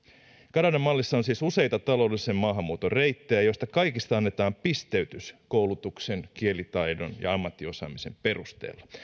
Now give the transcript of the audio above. kanadan mallissa on siis useita taloudellisen maahanmuuton reittejä joissa kaikissa annetaan pisteytys koulutuksen kielitaidon ja ammattiosaamisen perusteella